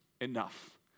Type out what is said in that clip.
enough